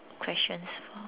questions